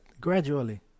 gradually